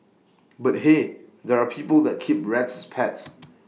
but hey there are people that keep rats as pets